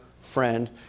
friend